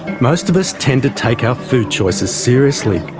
most of us tend to take our food choices seriously.